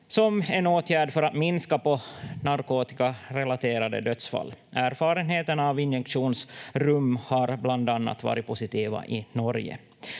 som en åtgärd för att minska på de narkotikarelaterade dödsfallen. Erfarenheterna av injektionsrum har bland annat varit positiva i Norge.